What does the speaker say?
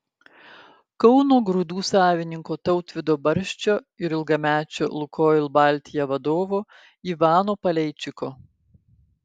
kauno grūdų savininko tautvydo barščio ir ilgamečio lukoil baltija vadovo ivano paleičiko